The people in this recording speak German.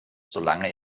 solange